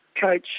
coach